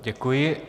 Děkuji.